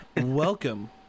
welcome